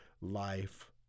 life